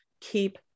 Keep